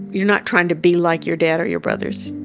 you're not trying to be like your dad or your brothers.